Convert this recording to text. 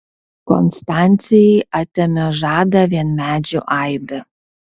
konstancijai atėmė žadą vien medžių aibė